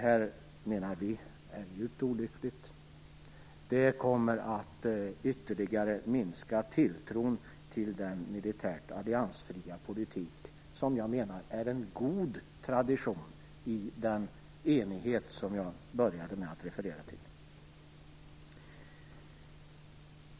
Det menar vi är djupt olyckligt. Det kommer att ytterligare minska tilltron till den militärt alliansfria politik som jag menar är en god tradition i den enighet som jag började med att referera till.